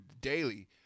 daily